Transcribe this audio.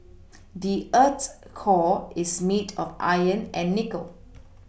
the earth's core is made of iron and nickel